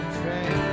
train